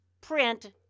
print